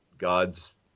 God's